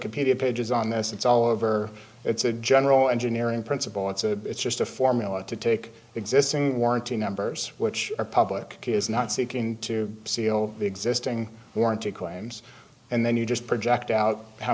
competing pages on this it's all over it's a general engineering principle it's a it's just a formula to take existing warranty numbers which are public is not seeking to seal the existing warranty claims and then you just project out how